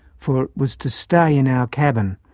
for it was to stay in our cabin.